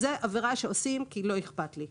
זו עבירה שעושים כי לא אכפת לי.